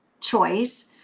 choice